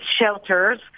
shelters